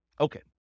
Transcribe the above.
Okay